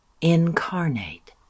incarnate